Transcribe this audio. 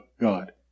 God